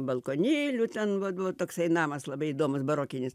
balkonėlių ten va va toksai namas labai įdomus barokinis